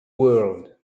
world